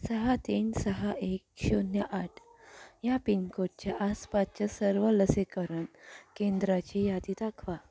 सहा तीन सहा एक शून्य आठ ह्या पिनकोडच्या आसपासच्या सर्व लसीकरण केंद्रांची यादी दाखवा